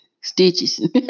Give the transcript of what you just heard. stitches